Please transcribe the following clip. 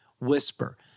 whisper